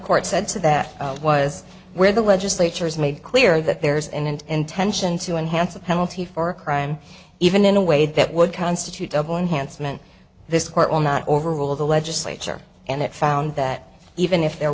court said to that was where the legislature is made clear that there is an an intention to enhance the penalty for a crime even in a way that would constitute double enhanced meant this court will not overrule the legislature and it found that even if there